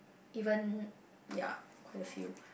even ya quite a few